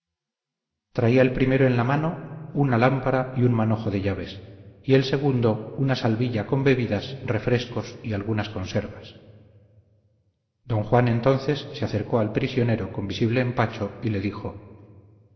traía el primero en la mano una lámpara y un manojo de llaves y el segundo una salvilla con bebidas refrescos y algunas conservas don juan entonces se acercó al prisionero con visible empacho y le dijo